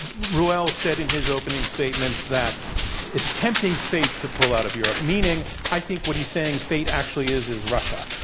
reuel said in his opening statement that it's tempting fate to pull out of europe, meaning i think what he's saying fate actually is, is russia.